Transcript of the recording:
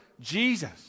Jesus